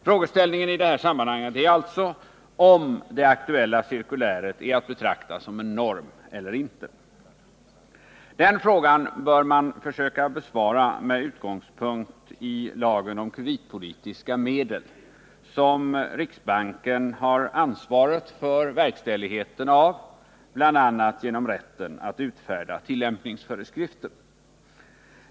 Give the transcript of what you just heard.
Frågeställningen i det här sammanhanget är alltså om det aktuella cirkuläret är att betrakta som en norm eller inte. Den frågan bör man försöka besvara med utgångspunkt i lagen om kreditpolitiska medel, för vars verkställighet riksbanken har ansvar, bl.a. genom rätten att utfärda tillämpningsföreskrifter.